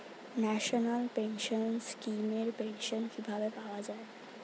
National pension scheme এর pension কিভাবে পাওয়া যায়?